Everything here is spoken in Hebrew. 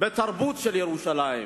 בתרבות של ירושלים,